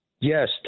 yes